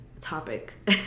topic